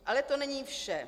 Ale to není vše.